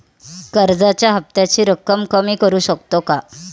कर्जाच्या हफ्त्याची रक्कम कमी करू शकतो का?